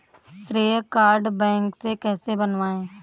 श्रेय card bank से कैसे बनवाएं?